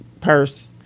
purse